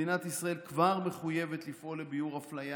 מדינת ישראל כבר מחויבת לפעול לביעור אפליה